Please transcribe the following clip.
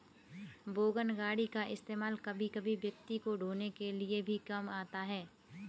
wagon गाड़ी का इस्तेमाल कभी कभी व्यक्ति को ढ़ोने के लिए भी काम आता है